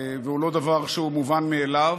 והוא לא דבר שהוא מובן מאליו.